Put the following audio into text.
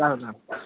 Ram Ram